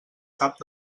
cap